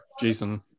Jason